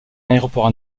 aéroport